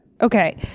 Okay